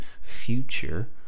future